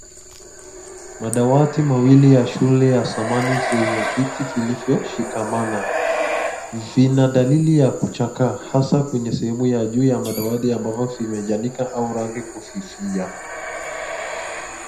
Madawati mawili ya shule ya zamani zenye viti vilivyo shikamana. Vina dalili ya kuchakaa hasa kwenye sehemu ya juu ya madawati ambavyo vimechanika au rangi ya kuvivia.